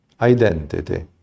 identity